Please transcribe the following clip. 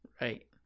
Right